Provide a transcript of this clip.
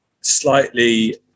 Slightly